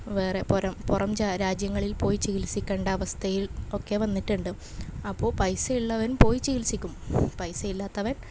വേറെ പുറം പുറം രാജ്യങ്ങളിൽ പോയി ചികിത്സിക്കണ്ട അവസ്ഥയിൽ ഒക്കെ വന്നിട്ടുണ്ട് അപ്പോൾ പൈസയുള്ളവൻ പോയി ചികിത്സിക്കും പൈസയില്ലാത്തവൻ